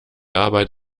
arbeit